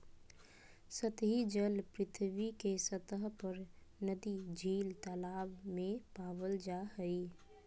सतही जल पृथ्वी के सतह पर नदी, झील, तालाब में पाल जा हइ